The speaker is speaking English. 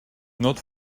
not